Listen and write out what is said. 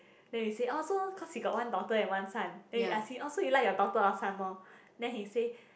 then we say orh so cause he got one daughter and one son then we ask him orh so you like your daughter or son more then he say